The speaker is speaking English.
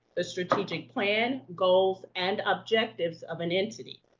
the strategic plan, goals, and objectives of an entity.